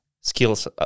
skills